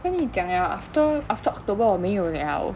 跟你讲了 after after october 我没有了